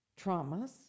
traumas